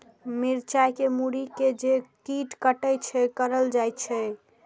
मिरचाय के मुरी के जे कीट कटे छे की करल जाय?